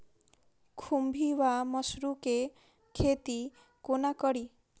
खुम्भी वा मसरू केँ खेती कोना कड़ी?